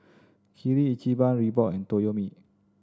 Kirin Ichiban Reebok and Toyomi